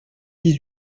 dix